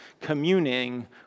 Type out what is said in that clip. communing